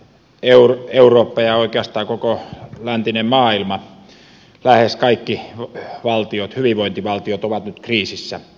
eurooppa ja oikeastaan koko läntinen maailma lähes kaikki hyvinvointivaltiot ovat nyt kriisissä